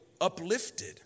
uplifted